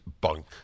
bunk